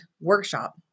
Workshop